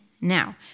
Now